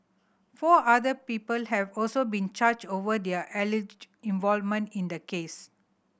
four other people have also been charged over their alleged involvement in the case